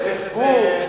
אז שבו.